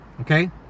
Okay